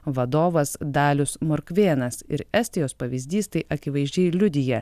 vadovas dalius morkvėnas ir estijos pavyzdys tai akivaizdžiai liudija